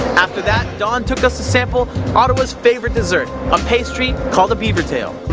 after that don took us to sample ottawa's favourite dessert. a pastry called the beaver tail.